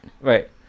Right